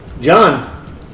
John